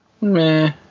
Meh